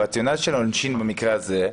הרציונל של העונשין במקרה הזה,